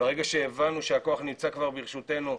ברגע שהבנו שהכוח נמצא כבר ברשותנו,